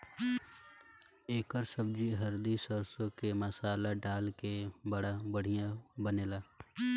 एकर सब्जी हरदी सरसों के मसाला डाल के बड़ा बढ़िया बनेला